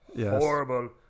horrible